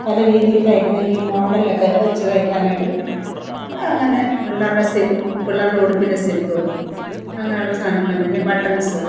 പല രീതിയിൽ തൈക്കണമെങ്കിൽ മോഡലൊക്കെ വെച്ച് തൈക്കാനായിട്ട് അങ്ങനെ പിള്ളേരുടെ സിബ്ബ് പിള്ളേരുടെ ഉടുപ്പിൻ്റെ സിബും അങ്ങനെ ഉള്ള സാധനങ്ങളെ പിന്നെ ബട്ടൻസ്